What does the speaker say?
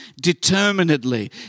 determinedly